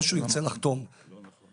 לא נכון.